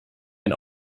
ein